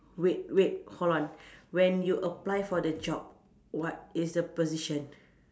wait wait hold on when you apply for the job what is the position